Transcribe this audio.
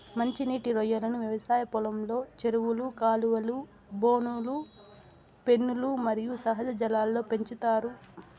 మంచి నీటి రొయ్యలను వ్యవసాయ పొలంలో, చెరువులు, కాలువలు, బోనులు, పెన్నులు మరియు సహజ జలాల్లో పెంచుతారు